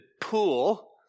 pool